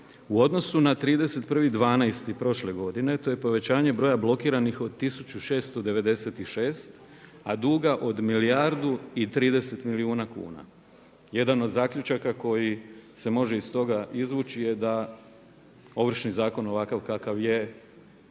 u odnosu na 31.12. prošle godine, to je povećanje broja blokiranih od 1696, a duga od milijardu i 30 milijuna kuna. Jedan od zaključaka koji se može iz toga izvući je da Ovršni zakon, ovakav kakav je